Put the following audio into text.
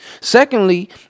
Secondly